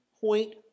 point